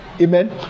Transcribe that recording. Amen